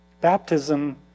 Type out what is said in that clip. baptism